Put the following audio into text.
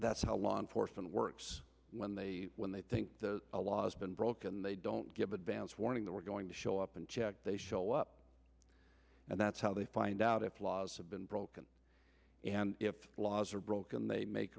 that's how law enforcement works when they when they think the laws been broken they don't give advance warning that we're going to show up and check they show up and that's how they find out if laws have been broken and if laws are broken they make